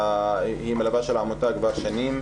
היא מלווה של העמותה כבר שנים.